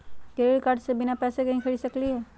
Credit card से बिना पैसे के ही खरीद सकली ह?